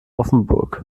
offenburg